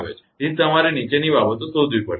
તેથી તમારે નીચેની બાબતો શોધવી પડશે